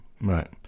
right